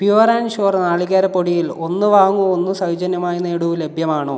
pure and sure നാളികേര പൊടിയിൽ ഒന്ന് വാങ്ങൂ ഒന്ന് സൗജന്യമായി നേടു ലഭ്യമാണോ